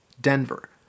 Denver